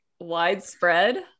widespread